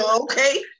Okay